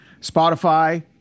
spotify